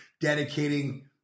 dedicating